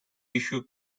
issue